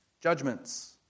judgments